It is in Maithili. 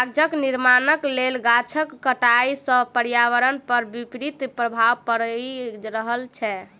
कागजक निर्माणक लेल गाछक कटाइ सॅ पर्यावरण पर विपरीत प्रभाव पड़ि रहल छै